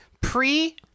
pre